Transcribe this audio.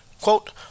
Quote